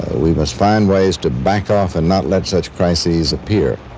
ah we must find ways to back-off and not let such crises appear.